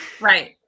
Right